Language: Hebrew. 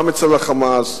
גם אצל ה"חמאס",